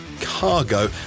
cargo